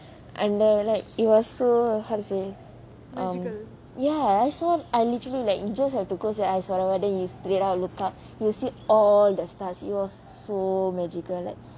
and the like it was so how to say um ya so I literally like you just have to close your eyes whatever and you straight up look up you see all the stars it was so magical like